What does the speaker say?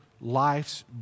life's